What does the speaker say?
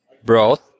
broth